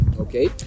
Okay